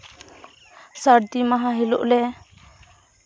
ᱥᱟᱹᱨᱫᱤ ᱢᱟᱦᱟ ᱦᱤᱞᱳᱜ ᱞᱮ